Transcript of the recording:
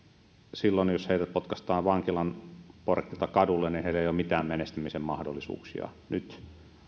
silloin jos heidät potkaistaan vankilan portilta kadulle heillä ei ole mitään menestymisen mahdollisuuksia nyt